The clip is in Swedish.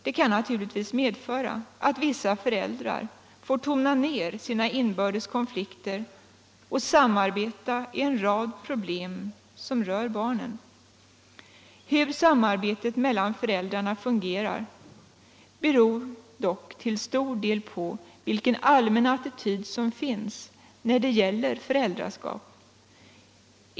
Det kan naturligtvis medföra att vissa föräldrar får tona ned sina inbördes konflikter och samarbeta i en rad problem som rör barnen. Hur samarbetet mellan föräldrarna fungerar beror dock till stor del på vilken allmän attityd som finns när det gäller föräldraskap.